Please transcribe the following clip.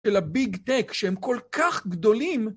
של הביג-טק שהם כל כך גדולים,